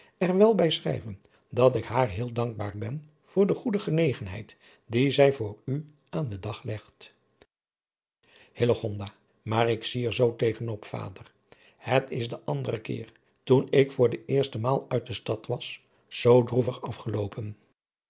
er wel bij schrijven dat ik haar heel dankbaar ben voor de goede genegenheid die zij voor u aan den dag legt hillegonda maar ik zie er zoo tegen op vader het is de andere keer toen ik voor de eerste maal uit de stad was zoo droevig afgeloopen